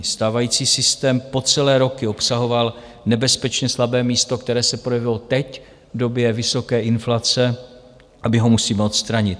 Stávající systém po celé roky obsahoval nebezpečně slabé místo, které se projevilo teď v době vysoké inflace, a my ho musíme odstranit.